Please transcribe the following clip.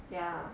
ya